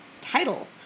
title